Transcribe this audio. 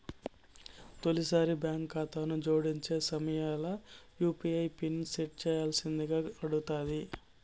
తొలిసారి బాంకు కాతాను జోడించే సమయంల యూ.పీ.ఐ పిన్ సెట్ చేయ్యాల్సిందింగా అడగతాది